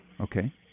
Okay